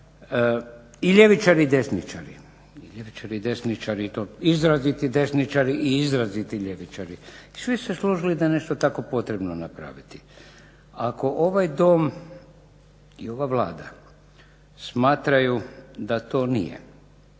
i ljevičari i desničari i to izraziti desničari i izraziti ljevičari. I svi su složili da je nešto tako potrebno napraviti. Ako ovaj Dom i ova Vlada smatraju da to nije